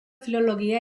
filologia